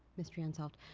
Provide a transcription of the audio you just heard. mystery unsolved.